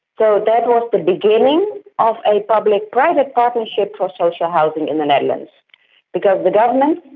so that was the beginning of a public private partnership for social housing in the netherlands because the government,